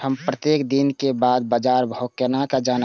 हम प्रत्येक दिन के बाद बाजार भाव केना जानब?